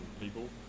people